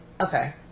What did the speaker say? Okay